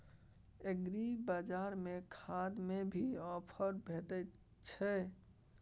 एग्रीबाजार में खाद में भी ऑफर भेटय छैय?